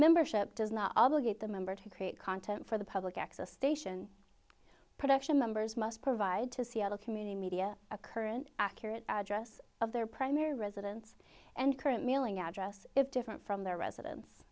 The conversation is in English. membership does not obligate the member to create content for the public access station production members must provide to seattle community media a current accurate address of their primary residence and current mailing address if different from their residence